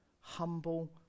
Humble